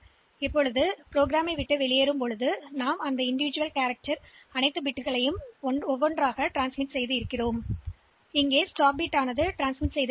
எனவே இந்த வழியில் நாம் இந்த ப்ரோக்ராம் லிருந்து வெளியேறலாம் மேலும் இந்த தனிப்பட்ட எழுத்துக்கள் ஒன்றன் பின் ஒன்றாக அனுப்பப்படும் நிச்சயமாக இங்கே காட்டப்படாதது நிறுத்த பிட் ஆகும்